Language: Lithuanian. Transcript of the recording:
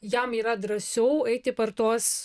jam yra drąsiau eiti per tuos